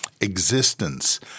existence